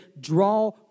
draw